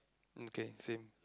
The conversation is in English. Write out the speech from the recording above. um K same